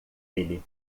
ele